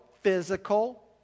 physical